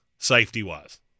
Safety-wise